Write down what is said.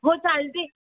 हो चालते